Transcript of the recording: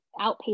outpatient